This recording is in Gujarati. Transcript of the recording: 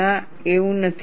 ના એવું નથી